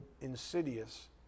insidious